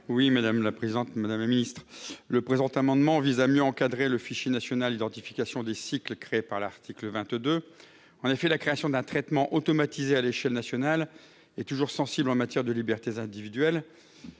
l'amendement n° 987 rectifié. Le présent amendement vise à mieux encadrer le fichier national d'identification des cycles créé par l'article 22. En effet, la création d'un traitement automatisé à l'échelle nationale est toujours sensible en matière de libertés individuelles